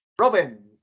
Robin